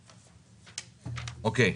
אוקיי.